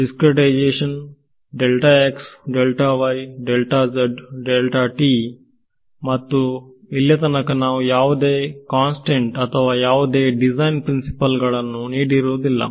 discretisation ಮತ್ತು ಇಲ್ಲಿಯತನಕ ನಾವು ಯಾವುದೇ ಕನ್ಸ್ತ್ರೈಂಟ್ ಅಥವಾ ಯಾವುದೇ ಡಿಸೈನ್ ಪ್ರಿನ್ಸಿಪಲ್ ಗಳನ್ನು ನೀಡಿರುವುದಿಲ್ಲ